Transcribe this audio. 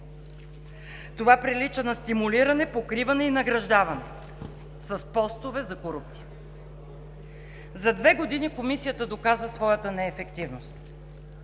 Това прилича на стимулиране, покриване и награждаване с постове за корупция. За две години Комисията доказа своята неефективност.